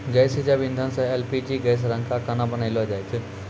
गैसीय जैव इंधन सँ एल.पी.जी गैस रंका खाना बनैलो जाय छै?